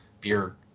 beer